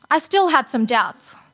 i still had some doubts.